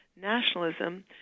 nationalism